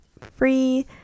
free